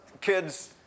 kids